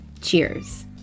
cheers